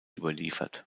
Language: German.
überliefert